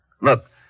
Look